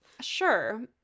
Sure